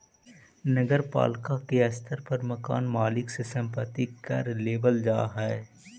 नगर पालिका के स्तर पर मकान मालिक से संपत्ति कर लेबल जा हई